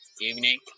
evening